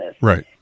Right